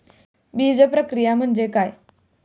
बीजप्रक्रिया म्हणजे काय?